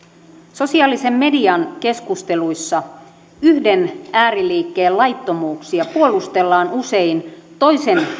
sosiaalisen median keskusteluissa yhden ääriliikkeen laittomuuksia puolustellaan usein toisen